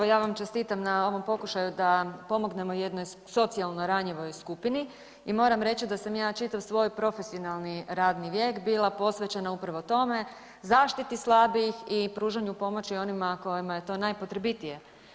Evo, ja vam čestitam na ovom pokušaju da pomognemo jednoj socijalno ranjivoj skupini i moram reći da sam ja čitav svoj profesionalni radni vijek bila posvećena upravo tome, zaštiti slabijih i pružanju pomoći onima kojima je to najpotrebitije.